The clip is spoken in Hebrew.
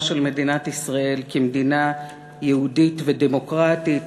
של מדינת ישראל כמדינה יהודית ודמוקרטית,